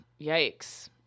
yikes